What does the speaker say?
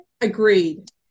Agreed